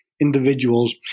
individuals